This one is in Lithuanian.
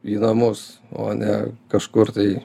į namus o ne kažkur tai